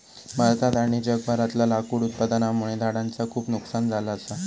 भारतात आणि जगभरातला लाकूड उत्पादनामुळे झाडांचा खूप नुकसान झाला असा